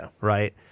right